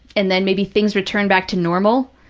and then maybe things return back to normal,